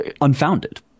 unfounded